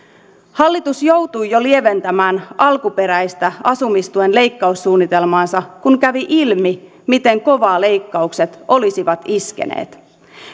hallitus joutui jo lieventämään alkuperäistä asumistuen leikkaussuunnitelmaansa kun kävi ilmi miten kovaa leikkaukset olisivat iskeneet